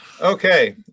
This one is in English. Okay